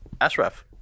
Ashraf